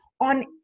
on